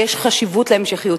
יש חשיבות להמשכיות.